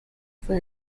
fue